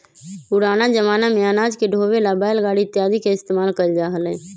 पुराना जमाना में अनाज के ढोवे ला बैलगाड़ी इत्यादि के इस्तेमाल कइल जा हलय